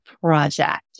Project